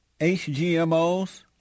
HGMOs